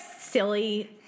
silly